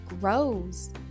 grows